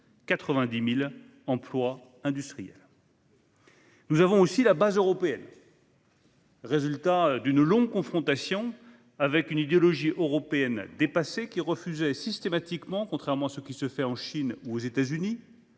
90 000 emplois industriels. Nous disposons aussi d'une base européenne, résultat d'une longue confrontation avec une idéologie européenne dépassée qui refusait systématiquement, contrairement à ce qui se fait en Chine ou aux États-Unis,